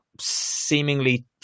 seemingly